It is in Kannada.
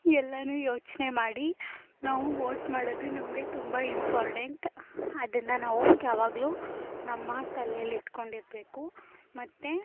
ಎಲ್ಲನೂ ಯೋಚನೆ ಮಾಡಿ ನಾವು ವೋಟ್ ಮಾಡೋದು ನಮಗೆ ತುಂಬ ಇಂಪಾರ್ಟೆಂಟ್ ಅದನ್ನು ನಾವು ಯಾವಾಗಲೂ ನಮ್ಮ ತಲೆಯಲ್ಲಿ ಇಟ್ಕೊಂಡಿರಬೇಕು ಮತ್ತು